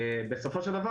בסופו של דבר